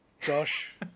Josh